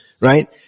right